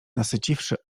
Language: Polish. nasyciwszy